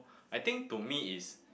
I think to me is